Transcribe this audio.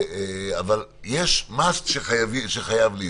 אבל יש must שחייב להיות,